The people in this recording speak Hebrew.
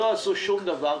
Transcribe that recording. לא עשו שום דבר.